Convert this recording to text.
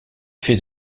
fait